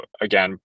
again